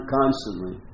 constantly